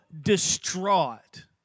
distraught